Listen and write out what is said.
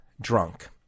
drunk